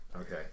Okay